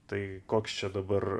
tai koks čia dabar